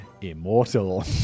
immortal